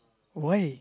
why